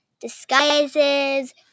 disguises